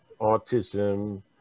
autism